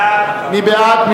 מי בעד?